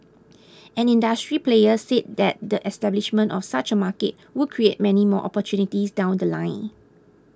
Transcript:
an industry player said that the establishment of such a market would create many more opportunities down The Line